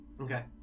Okay